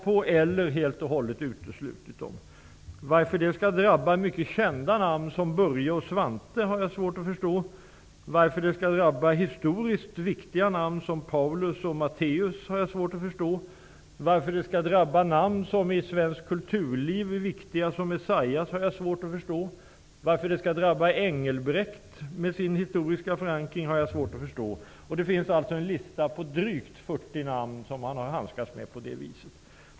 Jag har svårt att förstå varför det skall drabba mycket kända namn som Börje och Svante, varför det skall drabba historiskt viktiga namn som Paulus och Matteus, varför det skall drabba namn som är viktiga i svenskt kulturliv som Esaias och varför det skall drabba Engelbrekt med sin historiska förankring. Det är drygt 40 sådana namn som man har handskats med på det viset.